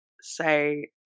say